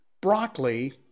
Broccoli